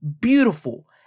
beautiful